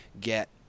get